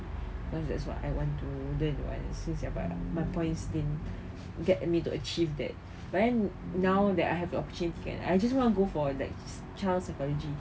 cause that's what I want to learn [what] since my points didn't get me to achieve that but then now that I have the opportunity kan I just want to go for like child psychology